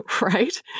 Right